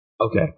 Okay